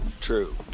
true